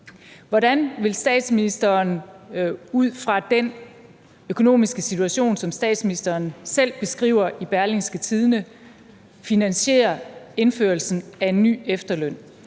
Hvordan vil statsministeren ud fra den økonomiske situation, som statsministeren selv beskriver i Berlingske, finansiere indførelsen af en ny efterløn?